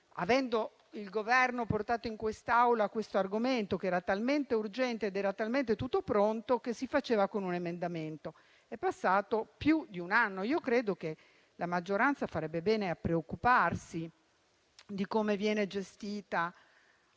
avendo il Governo portato in quest'Aula questo argomento, che era talmente urgente e su cui era talmente tutto pronto che lo si affrontava con un emendamento, è invece passato più di un anno. Io credo che la maggioranza farebbe bene a preoccuparsi per come viene gestita e